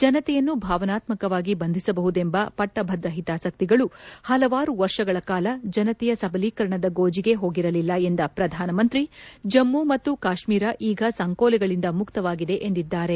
ಜನತೆಯನ್ನು ಭಾವನಾತ್ಮಕವಾಗಿ ಬಂಧಿಸಬಹುದೆಂಬ ಪಟ್ಟಭದ್ರ ಹಿತಾಸಕ್ತಿಗಳು ಹಲವಾರು ವರ್ಷಗಳ ಕಾಲ ಜನತೆಯ ಸಬಲೀಕರಣದ ಗೋಜಿಗೆ ಹೋಗಲಿಲ್ಲ ಎಂದ ಪ್ರಧಾನಮಂತ್ರಿ ಜಮ್ಮ ಮತ್ತು ಕಾಶ್ಮೀರ ಈಗ ಸಂಕೋಲೆಗಳಿಂದ ಮುಕ್ತವಾಗಿದೆ ಎಂದಿದ್ದಾರೆ